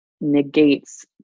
negates